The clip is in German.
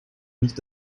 nicht